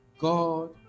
God